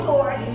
Lord